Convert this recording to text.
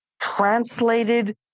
translated